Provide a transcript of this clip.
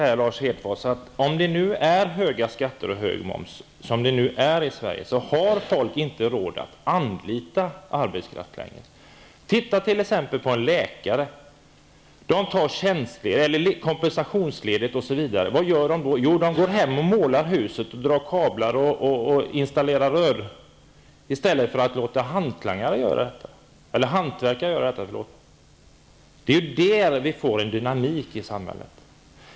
Fru talman! När vi har så höga skatter och så hög moms som vi har i Sverige, Lars Hedfors, har folk inte råd att anlita arbetskraft. Som exempel kan nämnas läkare som tar kompensationsledigt. Vad gör de då? Jo, de går hem och målar huset, drar kablar och installerar rör i stället för att låta hantverkare göra det. Det är där vi får en dynamik i samhället.